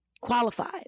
qualified